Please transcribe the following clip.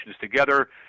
together